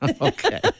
Okay